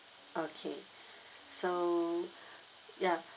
okay so ya